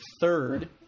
third